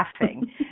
laughing